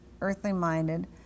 earthly-minded